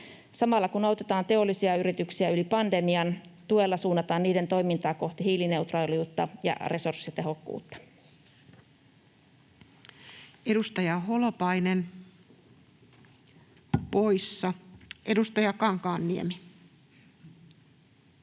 Samalla kun autetaan teollisia yrityksiä yli pandemian, tuella suunnataan niiden toimintaa kohti hiilineutraaliutta ja resurssitehokkuutta. [Speech 150] Speaker: Ensimmäinen varapuhemies